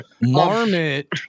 Marmot